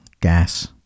gas